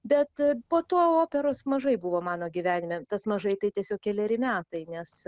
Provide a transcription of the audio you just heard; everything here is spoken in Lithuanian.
bet po to operos mažai buvo mano gyvenime tas mažai tai tiesiog keleri metai nes